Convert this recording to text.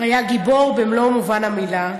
היה גיבור במלוא מובן המילה,